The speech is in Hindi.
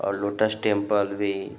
और लोटस टेंपल भी